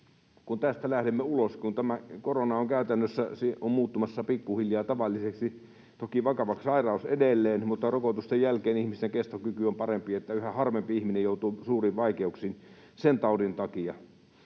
kun tästä lähdemme ulos... Tämä korona on käytännössä muuttumassa pikkuhiljaa tavalliseksi sairaudeksi, toki vakava sairaus edelleen, mutta rokotusten jälkeen ihmisten kestokyky on parempi, niin että yhä harvempi ihminen joutuu suuriin vaikeuksiin sen taudin takia,